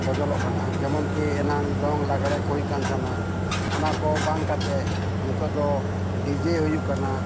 ᱵᱚᱫᱚᱞᱚᱜ ᱠᱟᱱᱟ ᱡᱮᱢᱚᱱ ᱠᱤ ᱮᱱᱟᱱ ᱫᱚᱝ ᱞᱟᱜᱽᱲᱮ ᱠᱚ ᱦᱩᱭᱩᱜ ᱠᱟᱱ ᱛᱟᱦᱮᱱᱟ ᱚᱱᱟ ᱠᱚ ᱵᱟᱝ ᱠᱟᱛᱮ ᱱᱤᱛᱳᱜ ᱫᱚ ᱰᱤᱡᱮ ᱦᱩᱭᱩᱜ ᱠᱟᱱᱟ